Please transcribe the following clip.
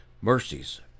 mercies